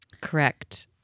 Correct